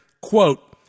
Quote